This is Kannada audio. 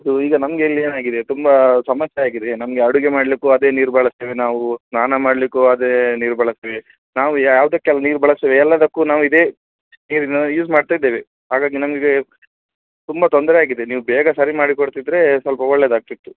ಇದು ಈಗ ನಮ್ಗೆ ಇಲ್ಲಿ ಏನಾಗಿದೆ ತುಂಬ ಸಮಸ್ಯೆ ಆಗಿದೆ ನಮಗೆ ಅಡುಗೆ ಮಾಡಲಿಕ್ಕು ಅದೆ ನೀರು ಬಳಸ್ತೇವೆ ನಾವು ಸ್ನಾನ ಮಾಡಲಿಕ್ಕು ಅದೇ ನೀರು ಬಳಸ್ತೇವೆ ನಾವು ಯಾವುದಕ್ಕೆಲ್ಲ ನೀರು ಬಳಸ್ತೇವೆ ಎಲ್ಲದಕ್ಕೂ ನಾವು ಇದೇ ನೀರನ್ನು ಯೂಸ್ ಮಾಡ್ತಾಯಿದ್ದೇವೆ ಹಾಗಾಗಿ ನಮಗೆ ತುಂಬ ತೊಂದರೆ ಆಗಿದೆ ನೀವು ಬೇಗ ಸರಿ ಮಾಡಿ ಕೊಡ್ತಿದ್ದರೆ ಸ್ವಲ್ಪ ಒಳ್ಳೇದು ಆಗ್ತಿತ್ತು